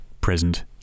present